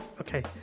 Okay